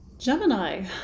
Gemini